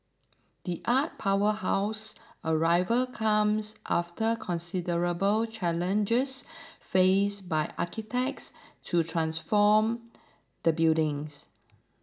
the art powerhouse's arrival comes after considerable challenges faced by architects to transform the buildings